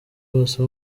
bose